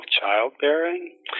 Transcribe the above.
childbearing